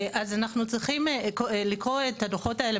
אז אנחנו צריכים לקרוא את הדוחות האלה